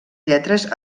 lletres